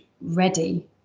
ready